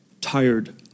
tired